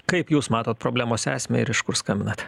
kaip jūs matot problemos esmę ir iš kur skambinat